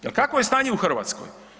Jel kakvo je stanje u Hrvatskoj?